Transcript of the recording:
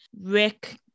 Rick